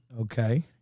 Okay